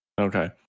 Okay